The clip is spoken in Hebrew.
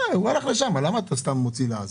הוא הלך לשם, למה אתה סתם מוציא לעז?